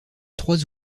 trois